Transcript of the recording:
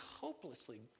hopelessly